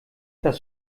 das